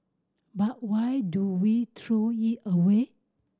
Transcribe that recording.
but why do we throw it away